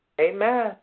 Amen